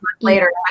later